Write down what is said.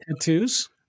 Tattoos